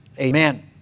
Amen